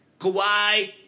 Kawhi